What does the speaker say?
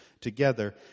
together